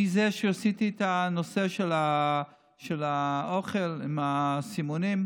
אני זה שעשה את נושא האוכל עם הסימונים,